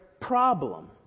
problem